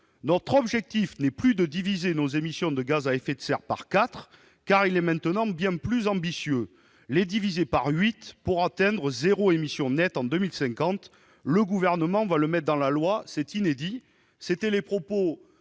Notre objectif n'est plus de diviser nos émissions de gaz à effet de serre par 4 car il est maintenant bien plus ambitieux : les diviser par 8 pour atteindre zéro émissions nettes en 2050. Le @gouvernementFR va le mettre dans la loi, c'est inédit !» Ainsi